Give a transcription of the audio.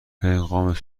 پیغامهامون